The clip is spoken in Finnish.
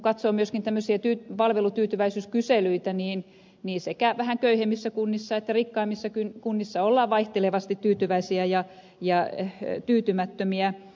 kun katsoo myöskin tämmöisiä palvelutyytyväisyyskyselyitä niin kyllä sekä vähän köyhemmissä kunnissa että rikkaammissakin kunnissa ollaan vaihtelevasti tyytyväisiä ja tyytymättömiä